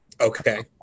okay